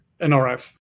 NRF